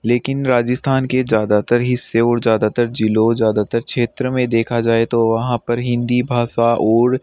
लेकिन राजस्थान के ज़्यादातर हिस्से और ज़्यादातर ज़िलों ज़्यादातर क्षेत्र में देखा जाए तो वहाँ पर हिंदी भाषा और